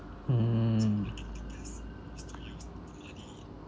mm